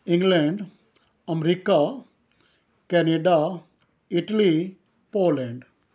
England America Canada Italy Poland